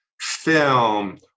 film